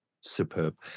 superb